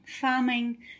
farming